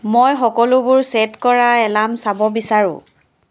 মই সকলোবোৰ ছেট কৰা এলাৰ্ম চাব বিচাৰোঁ